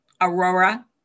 Aurora